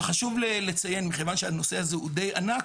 חשוב לציין מכיוון שהנושא הזה הוא די ענק,